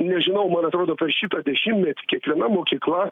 nežinau man atrodo per šitą dešimtmetį kiekviena mokykla